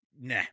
Nah